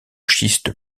schiste